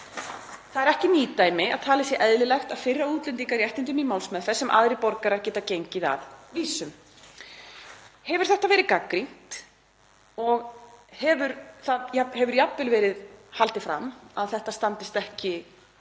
Það er ekki nýmæli að talið sé eðlilegt að firra útlendinga réttindum í málsmeðferð sem aðrir borgarar geta gengið að vísum. Hefur það verið gagnrýnt og jafnvel verið haldið fram að þetta standist ekki